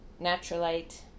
Naturalite